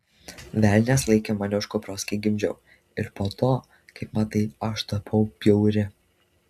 velnias laikė mane už kupros kai gimdžiau ir po to kaip matai aš tapau bjauri